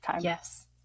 Yes